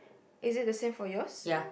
is it the same for yours